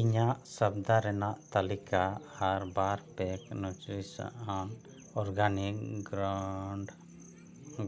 ᱤᱧᱟᱹᱜ ᱥᱚᱣᱫᱟ ᱨᱮᱱᱟᱜ ᱛᱟᱹᱞᱤᱠᱟ ᱟᱨ ᱵᱟᱨ ᱯᱮ ᱚᱨᱜᱟᱱᱤᱠ ᱜᱨᱚᱱᱰ